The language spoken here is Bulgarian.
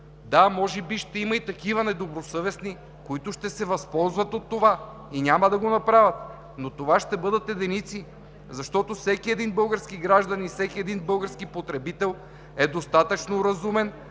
Да, може би ще има и такива недобросъвестни, които ще се възползват от това и няма да го направят, но това ще бъдат единици, защото всеки един български граждани и всеки един български потребител е достатъчно разумен